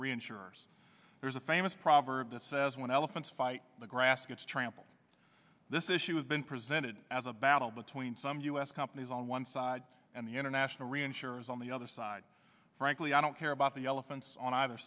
reinsurers there's a famous proverb that says when elephants fight the grass gets trampled this issue has been presented as a battle between some u s companies on one side and the international reinsurers on the other side frankly i don't care about the elephants on either